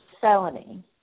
felony